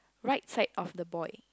right side of the boy